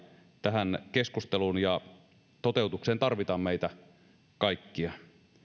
tähän keskusteluun ja toteutukseen tarvitaan meitä kaikkia